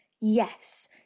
yes